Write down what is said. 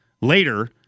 later